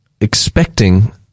expecting